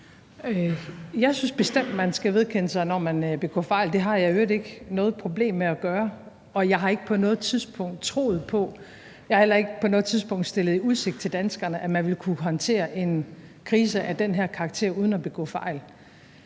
Jeg synes bestemt, man skal vedkende sig det, når man begår fejl. Det har jeg i øvrigt ikke noget problem med at gøre, og jeg har ikke på noget tidspunkt troet på og jeg har heller ikke på noget tidspunkt stillet danskerne i udsigt, at man vil kunne håndtere en krise af den her karakter uden at begå fejl.